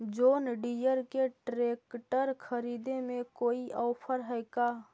जोन Deere के tractor खरिदे में कोई औफर है का?